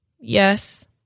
Yes